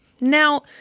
Now